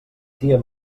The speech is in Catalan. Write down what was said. tia